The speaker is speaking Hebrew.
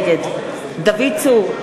נגד דוד צור,